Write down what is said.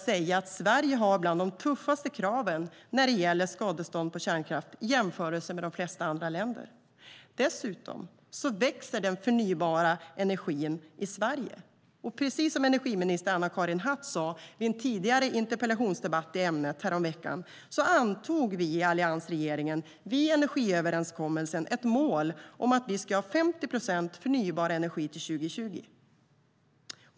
Sverige har bland de tuffaste kraven när det gäller skadestånd i fråga om kärnkraft i jämförelse med de flesta andra länder. Dessutom växer den förnybara energin i Sverige. Precis som energiminister Anna-Karin Hatt sade i en interpellationsdebatt i ämnet häromveckan antog alliansregeringen vid energiöverenskommelsen ett mål om att vi ska ha 50 procent förnybar energi till 2020.